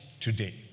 today